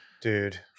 dude